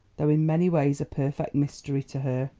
though in many ways a perfect mystery to her.